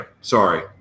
sorry